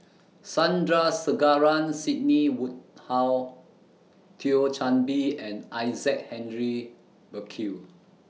Sandrasegaran Sidney Woodhull Thio Chan Bee and Isaac Henry Burkill